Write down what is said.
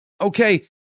Okay